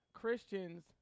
Christians